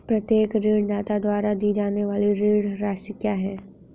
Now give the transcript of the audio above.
प्रत्येक ऋणदाता द्वारा दी जाने वाली ऋण राशि क्या है?